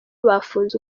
bafunze